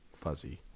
fuzzy